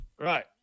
Right